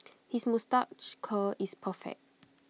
his moustache curl is perfect